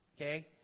okay